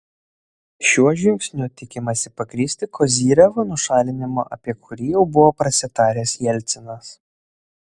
šiuo žingsniu tikimasi pagrįsti kozyrevo nušalinimą apie kurį jau buvo prasitaręs jelcinas